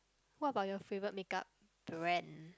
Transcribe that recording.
what about your favourite makeup brand